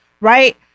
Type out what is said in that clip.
right